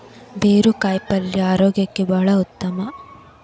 ಬೇರು ಕಾಯಿಪಲ್ಯ ಆರೋಗ್ಯಕ್ಕೆ ಬಹಳ ಉತ್ತಮ